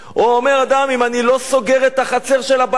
אומר אדם: אם אני לא סוגר את החצר של הבית שלי,